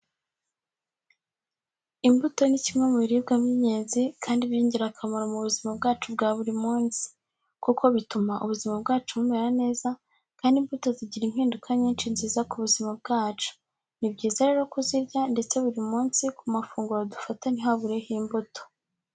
Imbuto ni kimwe mu biribwa by'ingenzi kandi by'ingirakamaro mu buzima bwacu bwa buri munsi, kuko bituma ubuzima bwacu bumera neza kandi imbuto zigira impinduka nyinshi nziza ku buzima bwacu. Ni byiza rero kuzirya ndetse buri munsi ku mafunguro dufata ntihabureho imbuto.